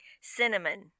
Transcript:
cinnamon